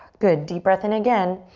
good, deep breath in again.